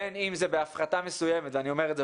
בין אם זה בהפחתה מסוימת ואני אומר את זה